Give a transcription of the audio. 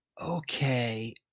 Okay